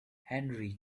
henry